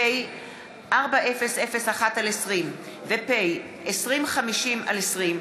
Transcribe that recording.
פ/4001/20 ו-פ/2050/20,